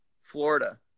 Florida